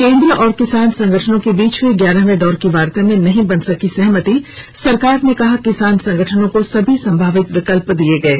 केन्द्र और किसान संगठनों के बीच हुई ग्यारहवें दौर की वार्ता में नहीं बन सकी सहमति सरकार ने कहा किसान संगठनों को सभी संभावित विकल्प दिए गये